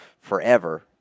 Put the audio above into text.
forever